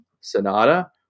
Sonata